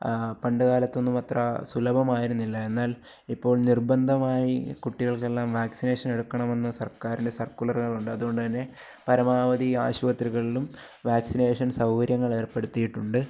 പണ്ട് കാലത്തൊന്നും അത്ര സുലഭമായിരുന്നില്ല എന്നാല് ഇപ്പോള് നിര്ബന്ധമായി കുട്ടികൾക്കെല്ലാം വാക്സ്സിനേഷനെടുക്കണമെന്ന് സര്ക്കാരിന്റെ സര്ക്കുലറുകളുണ്ട് അതുകൊണ്ടുതന്നെ പരമാവധി ആശുപത്രികളിലും വാക്സ്സിനേഷന് സൗകര്യങ്ങളേര്പ്പെടുത്തിയിട്ടുണ്ട്